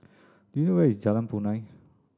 do you know where is Jalan Punai